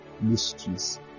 mysteries